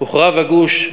הוחרב הגוש,